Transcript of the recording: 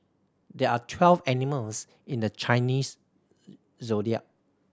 there are twelve animals in the Chinese Zodiac